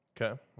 Okay